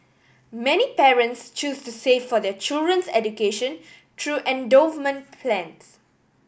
many parents choose to save for their children's education through endowment plans